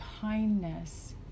kindness